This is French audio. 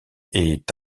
est